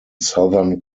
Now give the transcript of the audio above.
southern